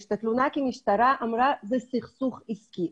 את התלונה כי המשטרה אמרה שזה סכסוך עסקי.